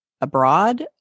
abroad